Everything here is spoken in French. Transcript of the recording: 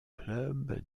club